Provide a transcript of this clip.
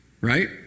Right